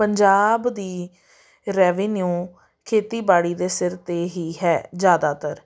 ਪੰਜਾਬ ਦੀ ਰੈਵਨਿਊ ਖੇਤੀਬਾੜੀ ਦੇ ਸਿਰ 'ਤੇ ਹੀ ਹੈ ਜ਼ਿਆਦਾਤਰ